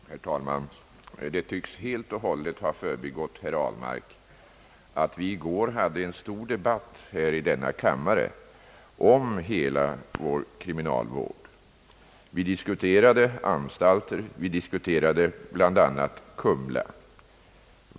Herr talman! Det tycks helt och hållet ha förbigått herr Ahlmark, att vi i går hade en stor debatt i denna kammare om hela vår kriminalvård. Vi dis kuterade även anstalter, och vi diskuterade bl.a. Kumla.